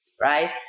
Right